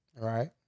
Right